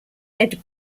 head